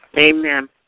Amen